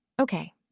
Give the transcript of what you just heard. okay